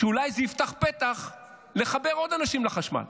שאולי זה יפתח פתח לחבר עוד אנשים לחשמל.